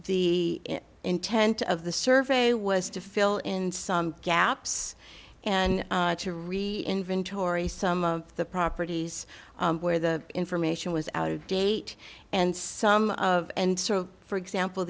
the intent of the survey was to fill in some gaps and to read inventory some of the properties where the information was out of date and some of and for example